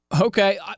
Okay